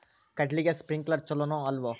ಕಡ್ಲಿಗೆ ಸ್ಪ್ರಿಂಕ್ಲರ್ ಛಲೋನೋ ಅಲ್ವೋ?